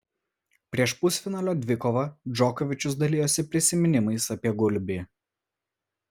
prieš pusfinalio dvikovą džokovičius dalijosi prisiminimais apie gulbį